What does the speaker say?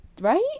Right